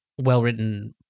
well-written